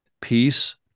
peace